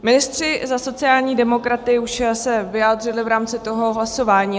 Ministři za sociální demokraty už se vyjádřili v rámci toho hlasování.